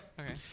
okay